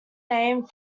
name